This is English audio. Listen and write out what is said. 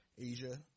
Asia